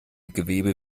gewebe